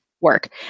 work